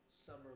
summer